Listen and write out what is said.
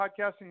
podcasting